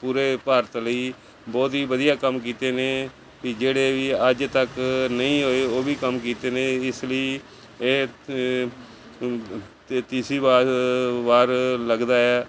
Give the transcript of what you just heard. ਪੂਰੇ ਭਾਰਤ ਲਈ ਬਹੁਤ ਹੀ ਵਧੀਆ ਕੰਮ ਕੀਤੇ ਨੇ ਵੀ ਜਿਹੜੇ ਵੀ ਅੱਜ ਤੱਕ ਨਹੀਂ ਹੋਏ ਉਹ ਵੀ ਕੰਮ ਕੀਤੇ ਨੇ ਇਸ ਲਈ ਇਹ ਤ ਤੀਸਰੀ ਵਾਰ ਵਾਰ ਲੱਗਦਾ ਹੈ